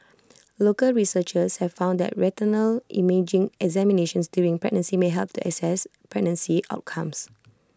local researchers have found that retinal imaging examinations during pregnancy may help to assess pregnancy outcomes